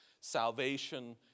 salvation